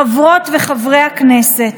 חברות וחברי הכנסת,